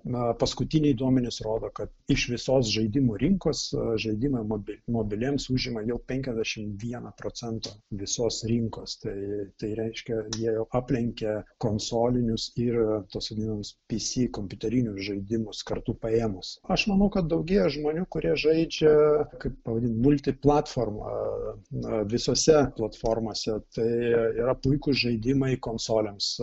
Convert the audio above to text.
na paskutiniai duomenys rodo kad iš visos žaidimų rinkos žaidimai mobi mobiliems užima jau penkiasdešimt vieną procentą visos rinkos tai tai reiškia jie jau aplenkia konsolinius ir tuos vadinamus pi si kompiuterinius žaidimus kartu paėmus aš manau kad daugėja žmonių kurie žaidžia kaip pavadint multi platformą na visose platformose tai yra puikūs žaidimai konsolėms